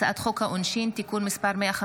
הצעת חוק שירות התעסוקה (תיקון, הקמת לשכות